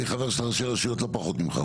אני חבר של ראשי רשויות לא פחות ממך,